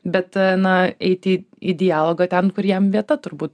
bet na eiti į dialogą ten kur jam vieta turbūt